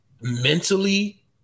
mentally